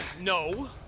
No